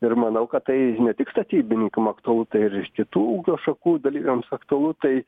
ir manau kad tai ne tik statybininkam aktualu tai ir iš kitų ūkio šakų dalyviams aktualu tai